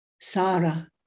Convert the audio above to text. Sarah